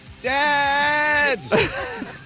Dad